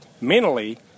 mentally